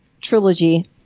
Trilogy